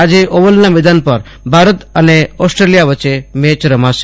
આજે ઓવલ મેદાન પર ભારત અને ઓસ્ટ્રેલિયા વચ્ચે મેચ રમાશે